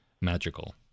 Magical